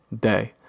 day